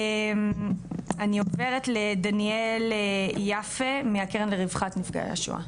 אני עוברת לדניאל יפה מהקרן לרווחת נפגעי השואה.